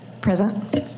Present